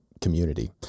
community